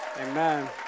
Amen